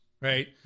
right